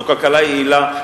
זו כלכלה יעילה,